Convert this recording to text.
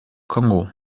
kongo